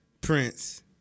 Prince